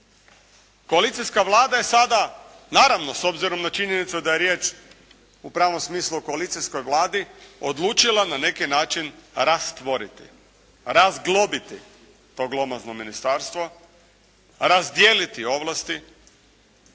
Koalicijska Vlada je sada, naravno, s obzirom na činjenicu da je riječ u pravom smislu o koalicijskoj Vladi odlučila na neki način rastvoriti, razglobiti to glomazno ministarstvo, razdijeliti ovlasti